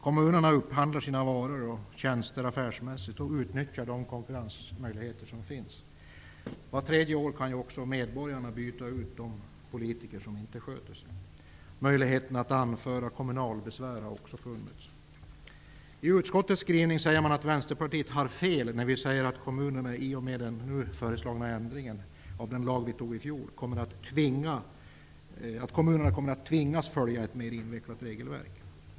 Kommunerna upphandlar sina varor och tjänster affärsmässigt och utnyttjar de konkurrensmöjligheter som finns. Vart tredje år kan också medborgarna byta ut de politiker som inte sköter sig. Möjligheterna att anföra kommunalbesvär har också funnits. I utskottets skrivning står det att vi i Vänsterpartiet har fel när vi säger att kommunerna, i och med den nu föreslagna ändringen av den lag som antogs i fjol, kommer att tvingas att följa ett mer invecklat regelverk.